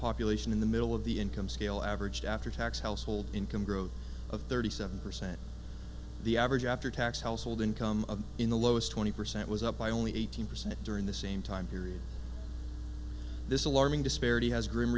population in the middle of the income scale averaged after tax household income growth of thirty seven percent the average after tax household income in the lowest twenty percent was up by only eighteen percent during the same time period this alarming disparity has gr